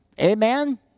Amen